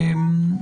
והיא